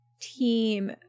team